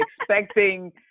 expecting